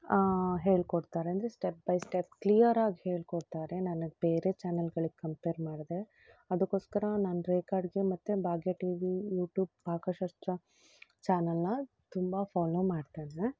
ಹೇಳಿಕೊಡ್ತಾರೆ ಅಂದರೆ step by step ಕ್ಲಿಯರಾಗಿ ಹೇಳಿಕೊಡ್ತಾರೆ ನನಗೆ ಬೇರೆ ಚಾನಲ್ಗಳಿಗೆ ಕಂಪೇರ್ ಮಾಡಿದ್ರೆ ಅದಕ್ಕೋಸ್ಕರ ನಾನು ರೇಖಾ ಅಡುಗೆ ಮತ್ತು ಭಾಗ್ಯ ಟಿವಿ ಯೂಟ್ಯೂಬ್ ಪಾಕಶಾಸ್ತ್ರ ಚಾನಲನ್ನ ತುಂಬ ಫಾಲೋ ಮಾಡ್ತೇನೆ